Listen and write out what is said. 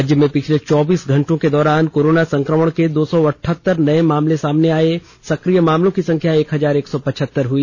राज्य में पिछले चौबीस घंटों के दौरान कोरोना संक्रमण के दो सौ अठहत्तर नए मामले सामने आए सक्रिय मामलों की संख्या एक हजार एक सौ पचहत्तर हई